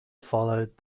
followed